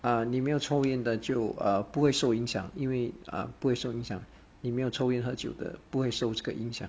uh 你没有抽烟的就不会受影响因为 uh 不会受影响你没有抽烟喝酒的不会受这个影响